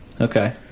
Okay